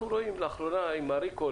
אנחנו רואים לאחרונה עם הריקול